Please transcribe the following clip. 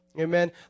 amen